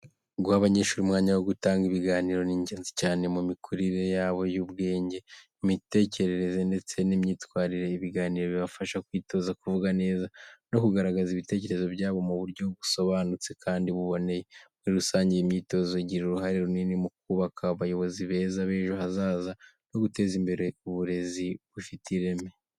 Guha abanyeshuri umwanya wo gutanga ibiganiro ni ingenzi cyane mu mikurire yabo y’ubwenge, imitekerereze ndetse n’imyitwarire. Ibiganiro bibafasha kwitoza kuvuga neza no kugaragaza ibitekerezo byabo mu buryo busobanutse kandi buboneye. Muri rusange, iyi myitozo igira uruhare runini mu kubaka abayobozi beza b’ejo hazaza no guteza imbere uburezi bufite ireme.